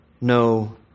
no